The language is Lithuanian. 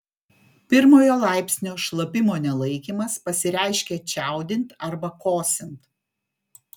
pirmojo laipsnio šlapimo nelaikymas pasireiškia čiaudint arba kosint